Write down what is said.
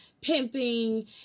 pimping